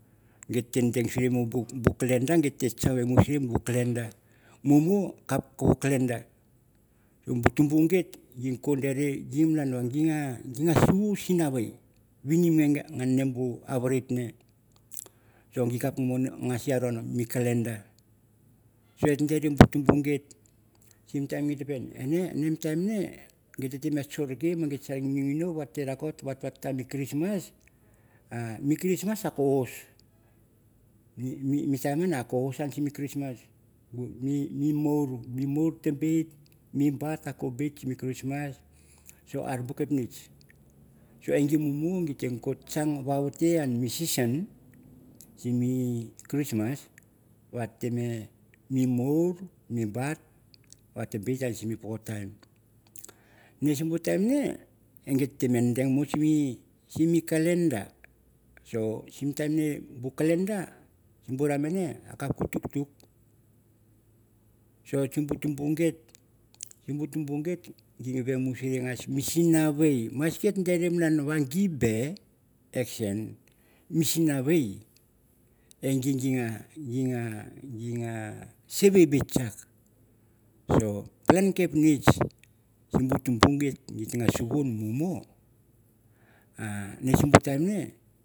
Git vei deng suri bu calendar mumu kap ka calendar mumu kap na calendar. Bu tumbu git dere gi nas sungu bu sinavei winnim ne bu avaret ne. Ge sime time git te sim ne ene mi time ne git te kuor git sa menonino vatavatat sim kristmas mi mur ta bit. mi a ko bit kristmas are bo kepnitch so en bu mumu ge te kang mi season. Si mi kristmas vat tem mur mi bat. Vat te bit sim mi boko time ne time ngat te voden simbu calendar so time ne simbu kalendar so time ne bu kalendersimbu rai mane no tutuk, so simbu tambu git ge ramusir nas sinavegi. maski et sure ngan ge bear actsen sinave grana seve. bear kutch palan kernitch simbu tumbu git nge simbu time nge.